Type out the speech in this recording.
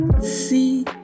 see